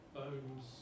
bones